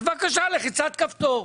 אז בבקשה, לחיצת כפתור.